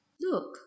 Look